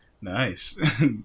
Nice